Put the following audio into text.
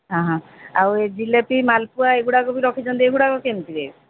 ଅ ହଁ ଆଉ ଏ ଜିଲାପି ମାଲପୁଆ ଏଗୁଡ଼ାକ ବି ରଖିଛନ୍ତି ଏଇ ଗୁଡ଼ାକ କେମିତି ରେଟ୍